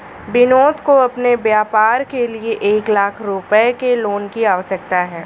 विनोद को अपने व्यापार के लिए एक लाख रूपए के लोन की आवश्यकता है